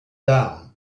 down